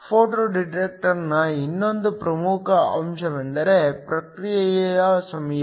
photo ಡಿಟೆಕ್ಟರ್ನ ಇನ್ನೊಂದು ಪ್ರಮುಖ ಅಂಶವೆಂದರೆ ಪ್ರತಿಕ್ರಿಯೆ ಸಮಯ